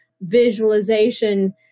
visualization